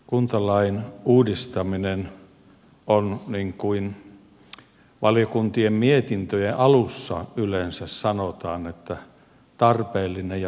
kuntalain uudistaminen on niin kuin valiokuntien mietintöjen alussa yleensä sanotaan tarpeellinen ja tarkoituksenmukainen